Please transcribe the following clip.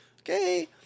okay